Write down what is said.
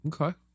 Okay